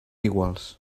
iguals